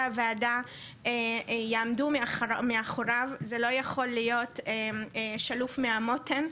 הוועדה יעמדו מאחוריו זה לא יכול להיות שלוף מהמותן.